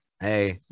Hey